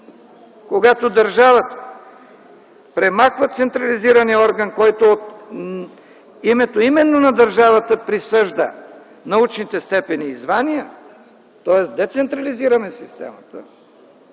когато държавата премахва централизирания орган, който от името именно на държавата присъжда научните степени и звания, тоест системата